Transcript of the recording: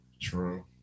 true